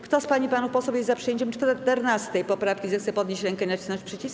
Kto z pań i panów posłów jest za przyjęciem 14. poprawki, zechce podnieść rękę i nacisnąć przycisk.